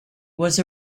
was